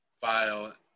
file